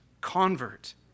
convert